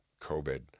COVID